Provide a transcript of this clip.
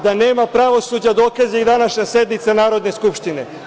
Da nema pravosuđa dokaz je današnja sednica Narodne skupštine.